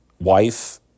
wife